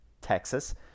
Texas